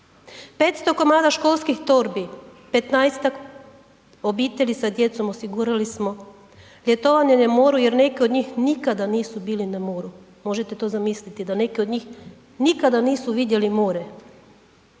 500 komada školskih torbi, 15-tak obitelji sa djecom osigurali smo ljetovanje na moru jer neki od njih nikada nisu bili na moru, možete to zamisliti da neki od njih nikada nisu vidjeli more,